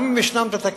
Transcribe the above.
גם אם יש בה תקלות,